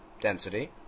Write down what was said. density